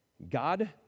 God